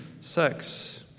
sex